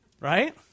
Right